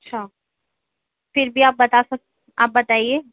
اچھا پھر بھی آپ بتا آپ بتائیے